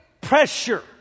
pressure